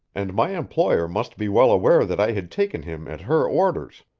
and my employer must be well aware that i had taken him at her orders.